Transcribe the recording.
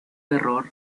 error